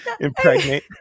impregnate